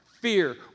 Fear